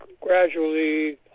gradually